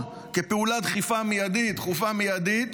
כפעולה דחופה מיידית